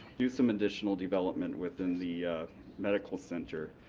do some additional development within the medical center.